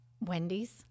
Wendy's